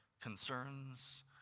concerns